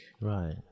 Right